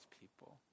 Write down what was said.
people